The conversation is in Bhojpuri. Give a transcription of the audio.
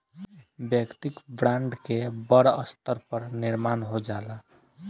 वैयक्तिक ब्रांड के बड़ स्तर पर निर्माण हो जाला